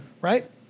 Right